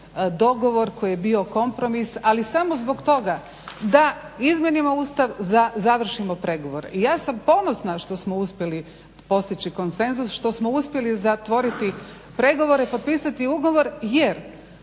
dogovor koji je bio kompromis ali samo zbog toga da izmijenimo Ustav za zavšni pregovor. I ja sam ponosna što smo uspjeli postići konsenzus, što smo uspjeli zatvoriti pregovore, potpisati ugovor jer